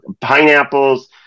pineapples